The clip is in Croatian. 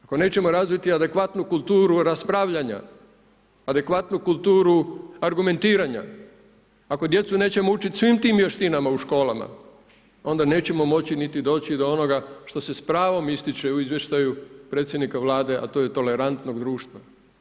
Ako nećemo razviti adekvatnu kulturu raspravljanja, adekvatnu kulturu argumentiranja, ako djecu nećemo učiti svim tim vještinama u školama, onda nećemo moći niti doći do onoga što se s pravom ističe u izvještaju predsjednika Vlade, a to je tolerantnog društva.